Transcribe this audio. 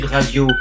Radio